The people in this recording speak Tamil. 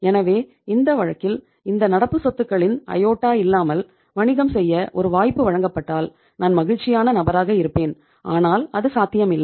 எனவே இந்த வழக்கில் இந்த நடப்பு சொத்துக்களின் அயோடா இல்லாமல் வணிகம் செய்ய ஒரு வாய்ப்பு வழங்கப்பட்டால் நான் மகிழ்ச்சியான நபராக இருப்பேன் ஆனால் அது சாத்தியமில்லை